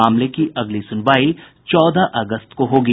मामले की अगली सुनवाई चौदह अगस्त को होगी